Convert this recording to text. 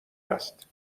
است